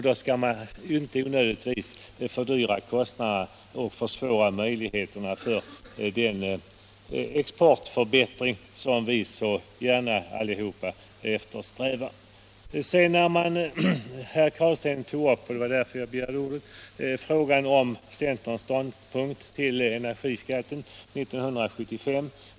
Då skall man inte onödigtvis fördyra produkterna och försvåra möjligheterna att åstadkomma den förbättring av exporten som vi alla eftersträvar. Herr Carlstein tog upp — och det var därför jag begärde ordet — centerns ståndpunkt beträffande energiskatten 1975.